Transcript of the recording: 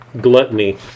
gluttony